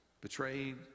betrayed